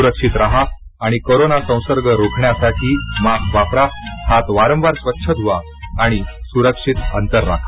सुक्षित राहा आणि कोरोना संसर्ग रोखण्यासाठी मास्क वापरा हात वारंवार स्वच्छ धुवा आणि सुरक्षित अंतर राखा